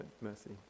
mercy